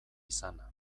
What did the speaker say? izana